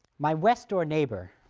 my west-door neighbor